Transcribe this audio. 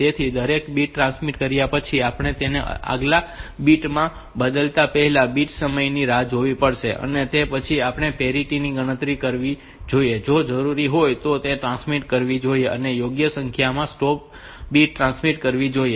તેથી દરેક bit transmit કર્યા પછી આપણે તેને આગલા બીટ માં બદલતા પહેલા બીટ સમયની રાહ જોવી પડશે અને તે પછી આપણે પેરિટી ની ગણતરી કરવી જોઈએ અને જો જરૂરી હોય તો તેને ટ્રાન્સમિટ કરવી જોઈએ અને યોગ્ય સંખ્યામાં સ્ટોપ બિટ્સ ટ્રાન્સમિટ કરવી જોઈએ